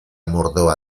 mordoa